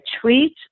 tweet